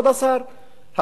כבוד השר,